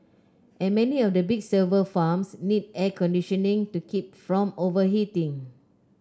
and many of the big server farms need air conditioning to keep from overheating